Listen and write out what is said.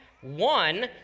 one